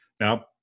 Now